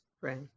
right